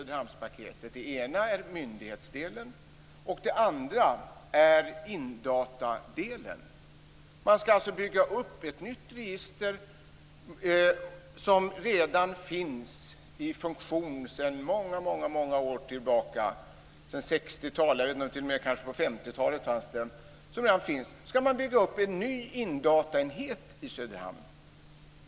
Den ena är myndighetsdelen, och den andra är indatadelen. Man skall i Söderhamn bygga upp en ny indataenhet, trots att det sedan många år tillbaka finns ett register i funktion. Det har funnits sedan 60-talet eller kanske ända sedan 50-talet.